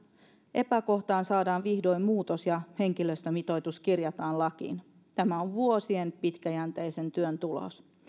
epäkohtaan saadaan vihdoin muutos ja henkilöstömitoitus kirjataan lakiin tämä on vuosien pitkäjänteisen työn tulos